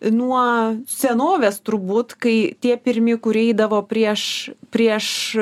nuo senovės turbūt kai tie pirmi kurie eidavo prieš prieš